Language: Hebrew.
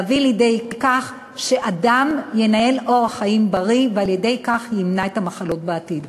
להביא לידי כך שאדם ינהל אורח חיים בריא ועל-ידי כך ימנע מחלות בעתיד.